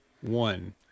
one